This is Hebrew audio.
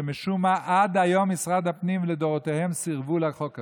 שמשום מה עד היום משרד הפנים לדורותיו סירב להצעת החוק הזאת.